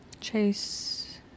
Chase